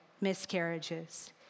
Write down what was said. miscarriages